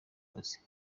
kazi